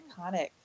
iconic